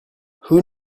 who